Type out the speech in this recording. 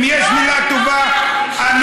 אם יש מילה טובה, לא.